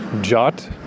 jot